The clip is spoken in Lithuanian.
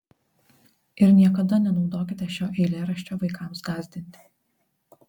ir niekada nenaudokite šio eilėraščio vaikams gąsdinti